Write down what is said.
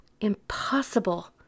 impossible